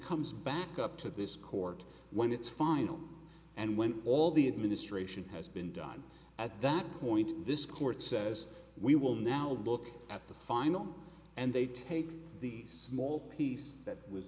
comes back up to this court when it's final and when all the administration has been done at that point this court says we will now look at the final and they take the small piece that was